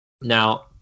Now